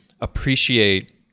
appreciate